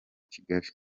kigali